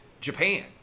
Japan